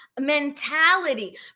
mentality